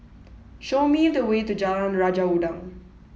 show me the way to Jalan Raja Udang